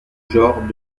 genres